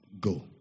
go